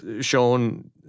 shown